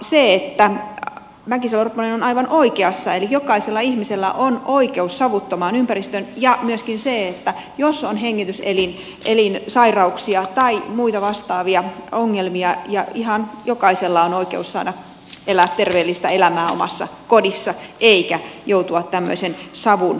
siinä mäkisalo ropponen on aivan oikeassa että jokaisella ihmisellä on oikeus savuttomaan ympäristöön ja myöskin siinä jos on hengityselinsairauksia tai muita vastaavia ongelmia ja ihan jokaisella on oikeus saada elää terveellistä elämää omassa kodissa eikä joutua tämmöisen savun piirittämäksi